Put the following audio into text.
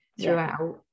throughout